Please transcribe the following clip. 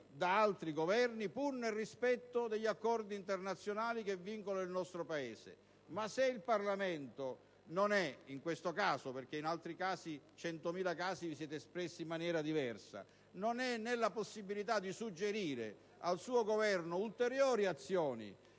da altri Governi, pur nel rispetto degli accordi internazionali che vincolano il nostro Paese. Ma se il Parlamento in questo caso - perché in altri 100.000 casi vi siete espressi in maniera diversa - non è nella possibilità di suggerire al suo Governo ulteriori azioni